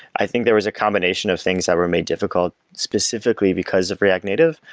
i think there was a combination of things that were made difficult specifically because of react native,